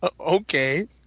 Okay